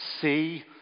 see